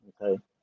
okay